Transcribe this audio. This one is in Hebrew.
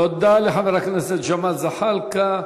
תודה לחבר הכנסת ג'מאל זחאלקה.